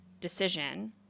decision